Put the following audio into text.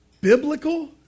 biblical